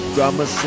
Drama